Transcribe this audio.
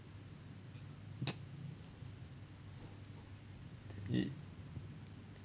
it